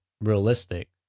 realistic